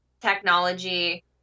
technology